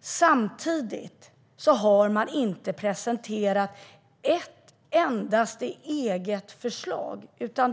Samtidigt har man inte presenterat ett endaste eget förslag.